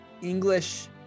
English